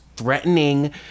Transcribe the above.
threatening